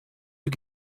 you